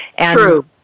True